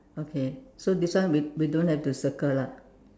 okay so this one we we don't have to circle lah